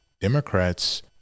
democrats